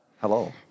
Hello